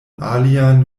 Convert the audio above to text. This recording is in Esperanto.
alian